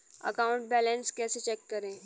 Account balance कैसे check करें?